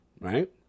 Right